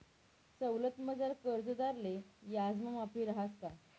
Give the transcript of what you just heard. सवलतमझार कर्जदारले याजमा माफी रहास का?